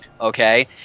Okay